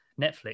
netflix